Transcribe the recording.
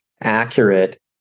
accurate